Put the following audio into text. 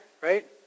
right